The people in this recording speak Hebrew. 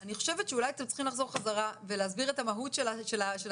אני חושבת שאולי אתם צריכים לחזור חזרה ולהסביר את המהות של התיקון,